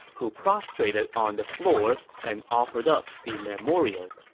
who prostrated on the floor and offered up the memorial.